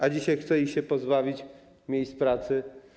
A dzisiaj chce się ich pozbawić miejsc pracy.